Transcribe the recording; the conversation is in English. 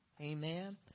amen